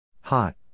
Hot